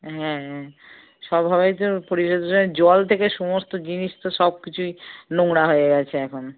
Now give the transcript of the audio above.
হ্যাঁ সবভাবেই তো পরিবেশ জল থেকে সমস্ত জিনিস তো সব কিছুই নোংরা হয়ে গেছে এখন